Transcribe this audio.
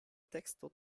teksto